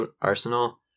Arsenal